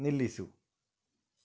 ನಿಲ್ಲಿಸು